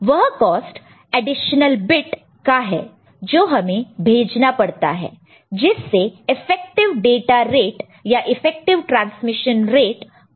वह cost additional bit का है जो हमें भेजना पड़ता है जिससे इफेक्टिव डाटा रेट या इफेक्टिव ट्रांसमिशन रेट कम हो जाता है